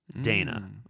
Dana